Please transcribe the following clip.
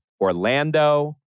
Orlando